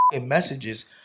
messages